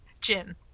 Jim